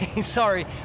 sorry